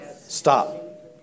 Stop